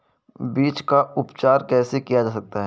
बीज का उपचार कैसे किया जा सकता है?